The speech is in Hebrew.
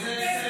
זה הישג?